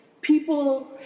People